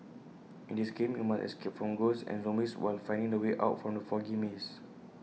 in this game you must escape from ghosts and zombies while finding the way out from the foggy maze